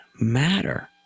matter